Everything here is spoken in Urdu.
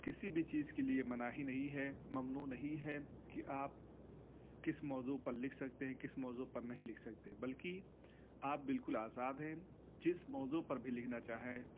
کسی بھی چیز کے لیے مناہی نہیں ہے ممنوع نہیں ہے کہ آپ کس موضوع پر لکھ سکتے ہیں کس موضوع پر نہیں لکھ سکتے ہیں بلکہ آپ بالکل آزاد ہیں جس موضوع پر بھی لکھنا چاہیں